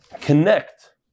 connect